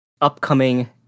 upcoming